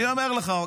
אני אומר לך,